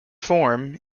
form